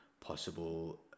possible